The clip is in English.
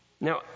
Now